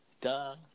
duh